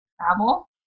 travel